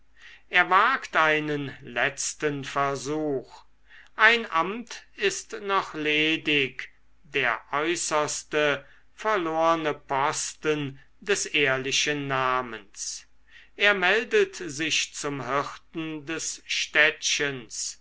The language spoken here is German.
er wagt einen letzten versuch ein amt ist noch ledig der äußerste verlorne posten des ehrlichen namens er meldet sich zum hirten des städtchens